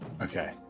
Okay